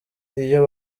iyo